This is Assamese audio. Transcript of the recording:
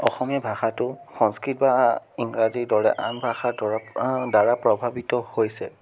অসমীয়া ভাষাটো সংস্কৃত বা ইংৰাজীৰ দৰে আন ভাষা দৰে দ্বাৰা প্ৰভাৱিত হৈছে